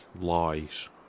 lies